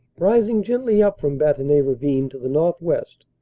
rising gently up from bantigny ravine to the northwest.